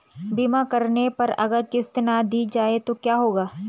बीमा करने पर अगर किश्त ना दी जाये तो क्या होगा?